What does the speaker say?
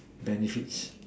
benefits